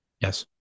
yes